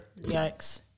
Yikes